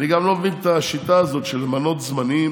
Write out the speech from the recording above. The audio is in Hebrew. אני גם לא מבין את השיטה הזאת של למנות זמניים